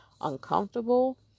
uncomfortable